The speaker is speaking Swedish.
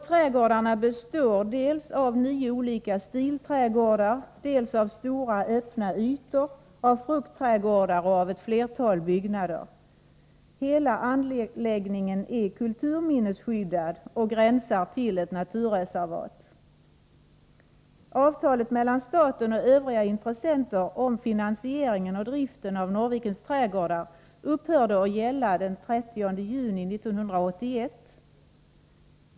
Trädgårdarna består av nio olika stilträdgårdar, av stora öppna ytor, av fruktträdgårdar och av ett flertal byggnader. Hela anläggningen är kulturminnesskyddad och gränsar till ett naturreservat. Avtalet mellan staten och övriga intressenter om finansieringen och driften av Norrvikens trädgårdar upphörde att gälla den 30 juni 1981.